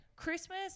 Christmas